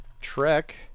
Trek